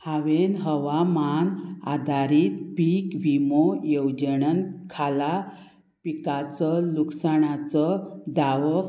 हांवें हवामान आधारीत पीक विमो येवजणे खाला पिकाचो लुकसाणाचो दावो